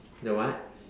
the what